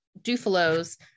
Dufalo's